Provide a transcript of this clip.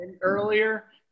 earlier